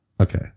Okay